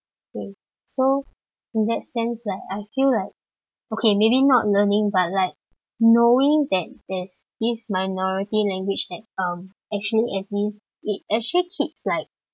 so in that sense like I feel like okay maybe not learning but like knowing that there is this minority language that um actually exists it actually keeps like